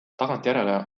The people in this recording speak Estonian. tagantjärele